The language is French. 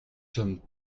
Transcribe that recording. sommes